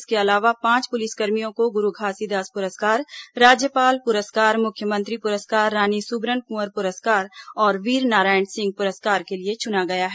इसके अलावा पांच पुलिसकर्मियों को गुरू घासीदास पुरस्कार राज्यपाल पुरस्कार मुख्यमंत्री पुरस्कार रानी सुबरन कुंवर पुरस्कार और वीरनारायण सिंह पुरस्कार के लिए चुना गया है